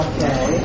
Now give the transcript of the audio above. Okay